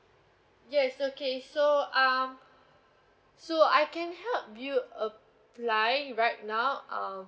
yes okay so um so I can help you applying right now um